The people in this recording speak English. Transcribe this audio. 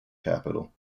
capital